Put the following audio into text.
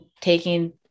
taking